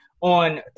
on